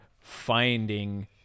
finding